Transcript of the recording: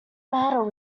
matter